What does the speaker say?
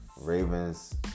Ravens